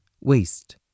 waste